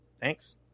thanks